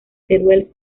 teruel